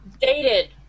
Dated